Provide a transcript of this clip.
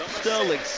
Sterling